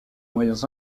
moyens